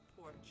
porch